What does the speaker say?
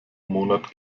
monat